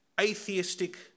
atheistic